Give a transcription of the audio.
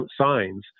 signs